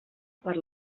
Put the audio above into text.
per